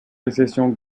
récession